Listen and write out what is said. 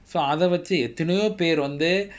so அதவச்சு எத்தனையோ பேர் வந்து:athavachu ethanayo per vanthu